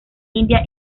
india